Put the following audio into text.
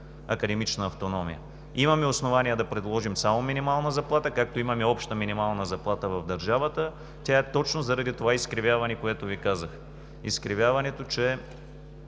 академична автономия. Имаме основания да предложим само минимална заплата, както имаме обща минимална заплата в държавата. Тя е точно заради това изкривяване, което Ви казах – изкривяването, че